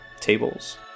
tables